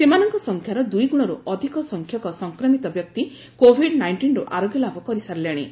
ସେମାନଙ୍କ ସଂଖ୍ୟାର ଦୁଇଗ୍ରଶର୍ତ ଅଧିକ ସଂଖ୍ୟକ ସଂକ୍ରମିତ ବ୍ୟକ୍ତି କୋଭିଡ ନାଇଷ୍ଟିନ୍ରୁ ଆରୋଗ୍ୟଲାଭ କରିସାରିଲେଣି